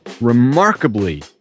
remarkably